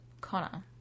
Connor